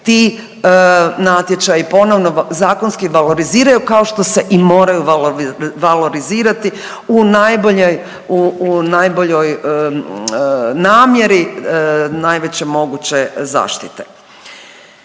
ti natječaji ponovno zakonski valoriziraju kao što se i moraju valorizirati u najboljoj namjeri najveće moguće zaštite.